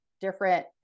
different